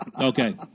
Okay